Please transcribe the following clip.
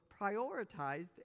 prioritized